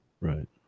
Right